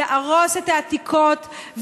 יהרוס את העתיקות,